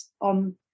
on